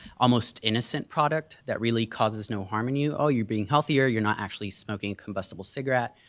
almost innocent product that really causes no harm in you, oh, you're being healthier, you're not actually smoking combustible cigarette,